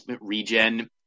regen